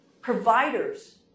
Providers